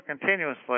continuously